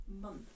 month